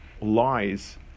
lies